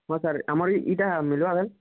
ହଁ ସାର୍ ଆମର୍ ଇ'ଟା ମିଳ୍ବା ଭାଏଲ୍